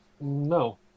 No